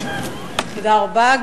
תודה רבה,